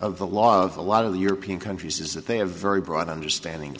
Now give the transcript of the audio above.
of the law of a lot of european countries is that they have very broad understanding